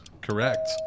Correct